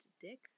dick